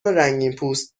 رنگینپوست